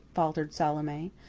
faltered salome.